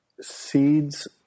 seeds